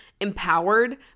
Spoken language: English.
empowered